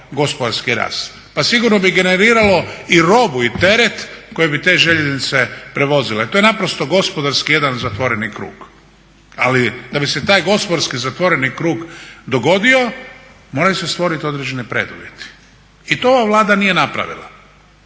gospodarski rast. Pa sigurno bi generiralo i robu i teret koji bi te željeznice prevozile. To je naprosto gospodarski jedan zatvoreni krug. Ali da bi se taj gospodarski zatvoreni krug dogodio moraju se stvoriti određeni preduvjeti i to ova Vlada nije napravila.